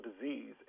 disease